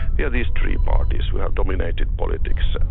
we have these three parties who have dominated politics.